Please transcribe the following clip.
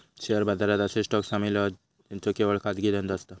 share बाजारात असे stock सामील होतं ज्यांचो केवळ खाजगी धंदो असता